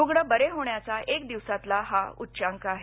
रुग्ण बरे होण्याचा एक दिवसातला हा उच्चांक आहे